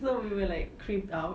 so we were like creeped out